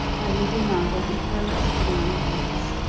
i will be neither in hers nor in his.